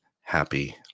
happy